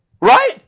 Right